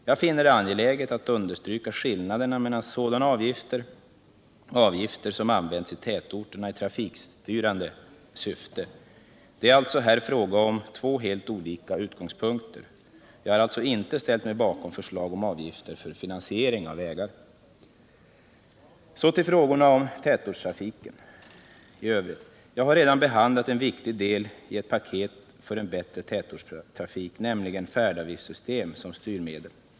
Jag finner det angeläget att understryka skillnaderna mellan sådana avgifter och avgifter som används i tätorterna i trafikstyrande syfte. Det är alltså här fråga om två helt olika utgångspunkter. Jag har inte ställt mig bakom förslag om avgifter för finansiering av vägar. Så till frågorna om tätortstrafiken i övrigt. Jag har redan behandlat en viktig del i ett paket för en bättre tätortstrafik, nämligen frågan om färdavgiftssystem som styrmedel.